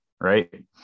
right